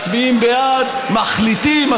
מצביעים בעד,